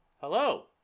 Hello